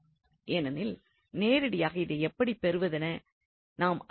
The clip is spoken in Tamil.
ஏனெனில் நேரடியாக இதைப் எப்படி பெறுவதென நாம் அறியோம்